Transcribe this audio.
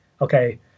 okay